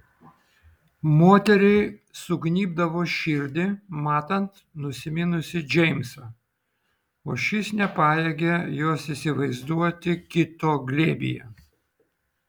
moteriai sugnybdavo širdį matant nusiminusį džeimsą o šis nepajėgė jos įsivaizduoti kito glėbyje